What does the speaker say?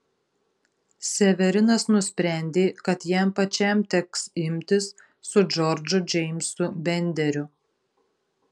severinas nusprendė kad jam pačiam teks imtis su džordžu džeimsu benderiu